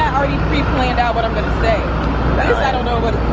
pre-planned out what i'm gonna say i don't know what